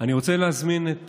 אני רוצה להזמין את